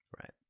right